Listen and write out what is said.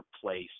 place